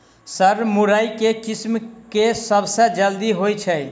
Sir मुरई केँ किसिम केँ सबसँ जल्दी होइ छै?